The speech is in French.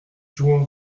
juin